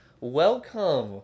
welcome